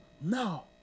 now